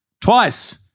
twice